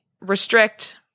restrict